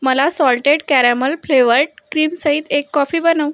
मला salted caramel flavoured क्रीमसहित एक कॉफी बनव